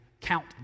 count